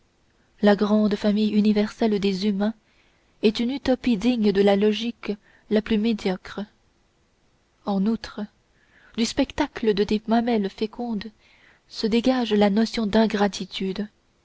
la grande famille universelle des humains est une utopie digne de la logique la plus médiocre en outre du spectacle de tes mamelles fécondes se dégage la notion